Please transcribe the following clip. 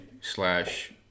slash